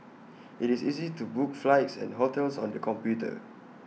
IT is easy to book flights and hotels on the computer